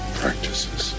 practices